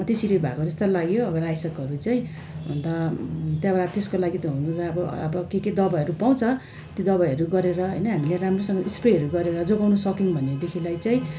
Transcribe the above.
त्यसरी भएको जस्तो लाग्यो अब रायो सागहरू चाहिँ अन्त त्यहाँबाट त्यसको लागि त हुनु त अब अब के के दबाईहरू पाउँछ त्यो दबाईहरू गरेर होइन हामीले राम्रोसँग स्प्रेहरू गरेर जोगाउनु सक्यौँ भनेदेखिलाई चाहिँ